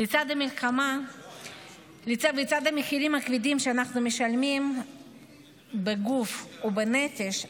לצד המחירים הכבדים שאנחנו משלמים בגוף ובנפש,